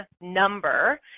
number